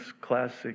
classic